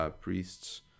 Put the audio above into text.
priests